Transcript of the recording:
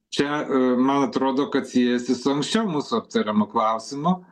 čia man atrodo kad siejasi su anksčiau mūsų aptariamu klausimu